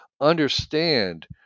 understand